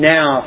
Now